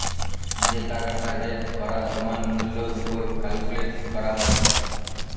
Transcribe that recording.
যে টাকাটা রেট করার সময় মূল্যের ওপর ক্যালকুলেট করা হয়